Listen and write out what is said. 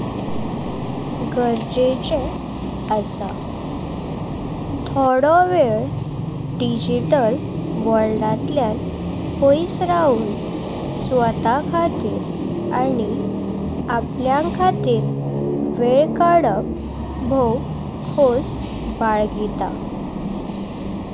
गरजेचे आस, थोडो वेळ डिजिटल वर्ल्ड'अतल्यां पायेस राहून स्वत खातीर आनी आपल्यांक खातीर वेळ काडप भोव खास बालगिता।